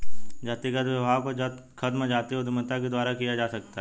जातिगत भेदभाव को खत्म जातीय उद्यमिता के द्वारा किया जा सकता है